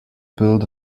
build